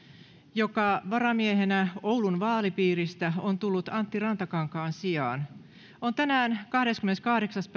joka varamiehenä oulun vaalipiiristä on tullut antti rantakankaan sijaan on tänään kahdeskymmeneskahdeksas